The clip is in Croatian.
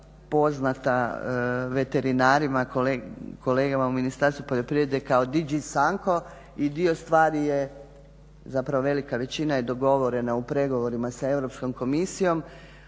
poznata veterinarima, kolegama u Ministarstvu poljoprivrede kao DG Sanko i dio stvari je, zapravo velika većina je dogovorena u pregovorima sa Europskom komisijom.